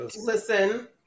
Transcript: Listen